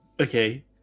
Okay